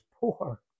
poor